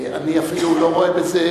אני אפילו לא רואה בזה,